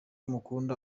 mukunda